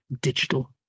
digital